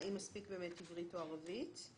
האם הספיק באמת עברית או ערבית.